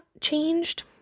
changed